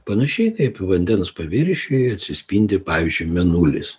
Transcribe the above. panašiai kaip vandens paviršiuj atsispindi pavyzdžiui mėnulis